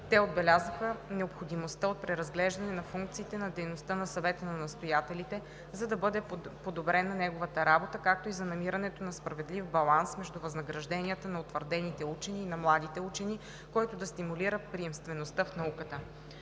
Те отбелязаха необходимостта от преразглеждане на функциите на дейността на Съвета на настоятелите, за да бъде подобрена неговата работа, както и за намирането на справедлив баланс между възнагражденията на утвърдените учени и на младите учени, който да стимулира приемствеността в науката.